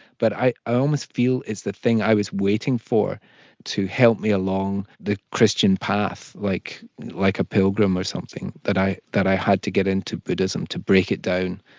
but i almost feel it's the thing i was waiting for to help me along the christian path, like like a pilgrim or something that i that i had to get into buddhism to break it down.